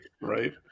right